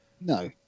No